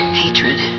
hatred